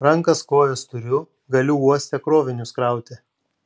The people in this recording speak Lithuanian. rankas kojas turiu galiu uoste krovinius krauti